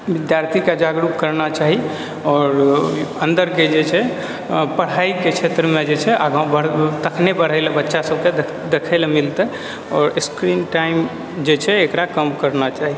विद्यार्थीके जागरूक करना चाही आओर अंदरके छै पढ़ाइके क्षेत्रमे जे छै आगाँ बढ़ तखने बढ़ए लए बच्चा सबके देखए लए मिलतै आओर स्क्रीन टाइम जे छै एकरा कम करना चाही